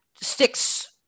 sticks